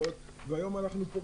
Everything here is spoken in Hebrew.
איך?